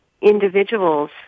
individuals